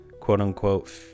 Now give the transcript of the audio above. quote-unquote